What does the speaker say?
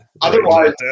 otherwise